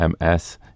MS